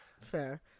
fair